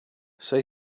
say